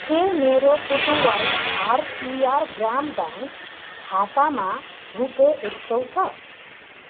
के मेरो पुडुवाई भारतियार ग्राम ब्याङ्क खातामा रुपियाँ एक सौ छ